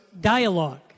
dialogue